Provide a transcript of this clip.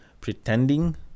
pretending